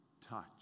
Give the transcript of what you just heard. touch